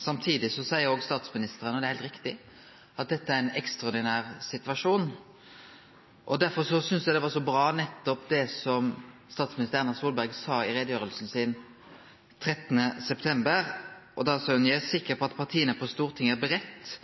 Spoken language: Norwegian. Samtidig seier statsministeren – og det er heilt riktig – at dette er ein ekstraordinær situasjon. Derfor synest eg det var så bra det som statsminister Erna Solberg sa i utgreiinga si 13. oktober. Da sa ho: «Jeg er sikker på at partiene på Stortinget er beredt